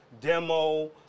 Demo